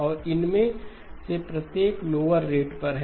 और इनमें से प्रत्येक लोवर रेट पर हैं